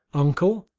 uncle,